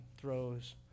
throws